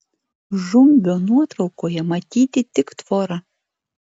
žumbio nuotraukoje matyti tik tvora